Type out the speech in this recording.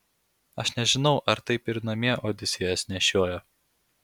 aš nežinau ar taip ir namie odisėjas nešiojo